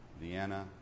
Vienna